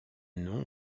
nom